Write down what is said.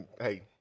hey